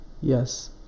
Yes